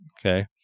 okay